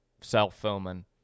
Self-filming